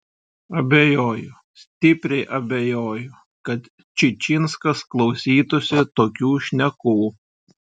abejoju stipriai abejoju kad čičinskas klausytųsi tokių šnekų